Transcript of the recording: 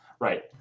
Right